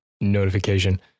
notification